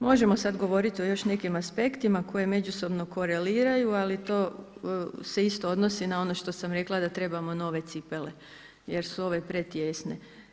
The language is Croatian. Možemo sad govoriti još o nekim aspektima, koje međusobno koreliraju, ali to se isto odnosi, na ono što sam rekla, da trebamo nove cipele, jer su ove pretijesne.